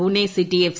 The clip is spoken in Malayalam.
Pune city F